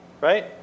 right